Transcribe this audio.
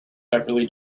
beverley